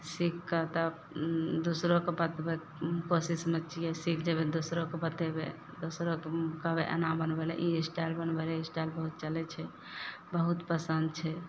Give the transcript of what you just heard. सीखके तब दोसरोके बतबयके कोशिशमे छियै सीख जेबय दोसरोके बतेबय दोसरोके कहबय एना बनबय लए ई स्टाइल बनबय लए ई स्टाइल बहुत चलय छै बहुत पसन्द छै